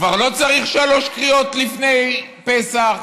כבר לא צריך שלוש קריאות לפני פסח.